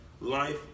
life